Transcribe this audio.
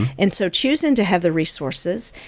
and so choosing to have the resources,